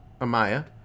Amaya